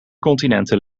continenten